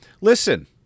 listen